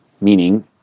meaning